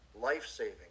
life-saving